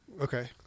Okay